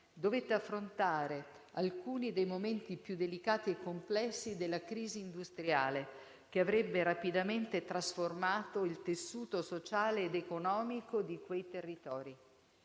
dovette affrontare alcuni dei momenti più delicati e complessi della crisi industriale, che avrebbe rapidamente trasformato il tessuto sociale ed economico di quei territori,